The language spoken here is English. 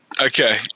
Okay